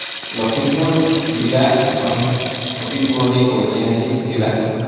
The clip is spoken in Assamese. লখিমপুৰ জিলা এখন অতি পুৰণি ঐতিহাসিক জিলা